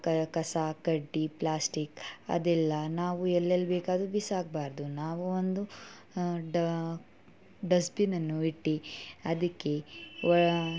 ಕ ಕಸ ಕಡ್ಡಿ ಪ್ಲಾಸ್ಟಿಕ್ ಅದೆಲ್ಲ ನಾವು ಎಲ್ಲೆಲ್ಲಿ ಬೇಕಾದರು ಬಿಸಾಕಬಾರ್ದು ನಾವು ಒಂದು ಡಸ್ಟ್ ಬಿನನ್ನು ಇಟ್ಟು ಅದಕ್ಕೆ ವಾ